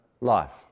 life